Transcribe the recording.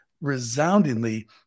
resoundingly